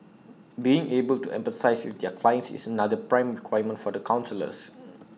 being able to empathise with their clients is another prime requirement for counsellors